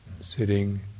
sitting